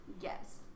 yes